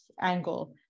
angle